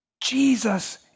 Jesus